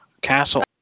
castle